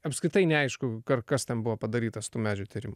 apskritai neaišku kas tam buvo padaryta su tuo medžių kirtimu